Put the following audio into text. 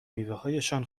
میوههایشان